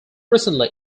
recently